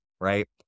right